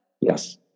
Yes